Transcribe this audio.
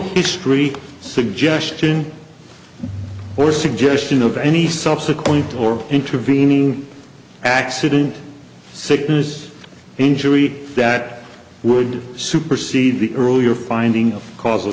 history suggestion or suggestion of any subsequent or intervening accident sickness injury that would supersede the earlier finding of causal